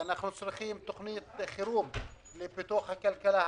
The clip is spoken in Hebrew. אנחנו צריכים תוכנית חירום לפיתוח הכלכלה הערבית.